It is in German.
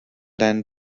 deinen